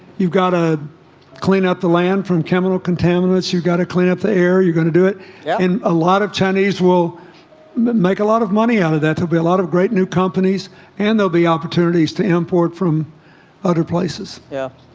you've got to clean up the land from chemical contaminants you've got to clean up the air you're going to do it and a lot of chinese will make a lot of money out of that there'll be a lot of great new companies and they'll be opportunities opportunities to import from other places yes,